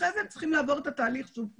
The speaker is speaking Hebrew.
אחרי זה הם צריכים לעבור את התהליך שוב פעם.